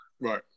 Right